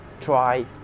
Try